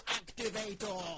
activator